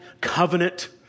covenant